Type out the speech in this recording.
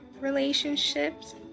relationships